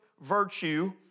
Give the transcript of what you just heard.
virtue